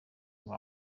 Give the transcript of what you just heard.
ngo